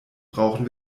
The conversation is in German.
brauchen